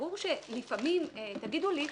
ברור שלפעמים תגידו לי,